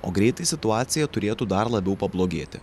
o greitai situacija turėtų dar labiau pablogėti